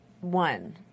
one